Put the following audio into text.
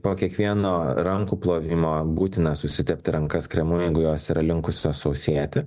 po kiekvieno rankų plovimo būtina susitepti rankas kremu jeigu jos yra linkusios sausėti